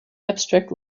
abstract